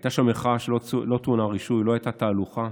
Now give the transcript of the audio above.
הייתה גם מחאה שלא טעונה רישוי, לא הייתה תהלוכה.